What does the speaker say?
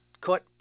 caught